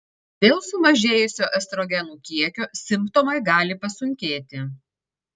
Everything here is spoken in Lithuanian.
dėl sumažėjusio estrogenų kiekio simptomai gali pasunkėti